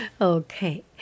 okay